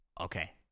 Okay